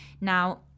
Now